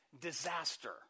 Disaster